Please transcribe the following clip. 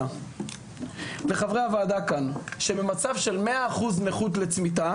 במצב של 100% נכות לצמיתות